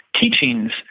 teachings